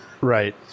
Right